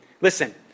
Listen